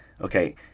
Okay